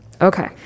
Okay